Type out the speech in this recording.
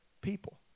people